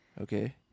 Okay